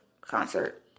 concert